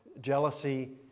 jealousy